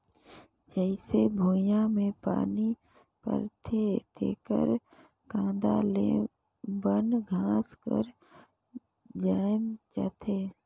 जईसे भुइयां में पानी परथे तेकर कांदा ले बन घास हर जायम जाथे